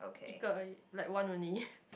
一个 uh like one only